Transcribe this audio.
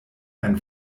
ein